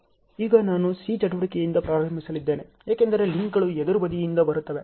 ಈಗ ನಾನು C ಚಟುವಟಿಕೆಯಿಂದ ಪ್ರಾರಂಭಿಸಲಿದ್ದೇನೆ ಏಕೆಂದರೆ ಲಿಂಕ್ಗಳು ಎದುರು ಬದಿಯಿಂದ ಬರುತ್ತಿವೆ